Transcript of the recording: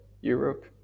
Europe